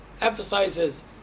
emphasizes